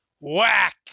Whack